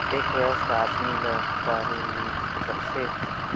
एक वयस्क आदमी ला का ऋण मिल सकथे?